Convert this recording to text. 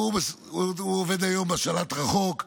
הוא עובד היום בשלט רחוק.